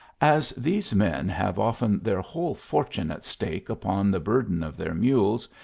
as these men have often their whole fortune at stake upon the burden of their mules,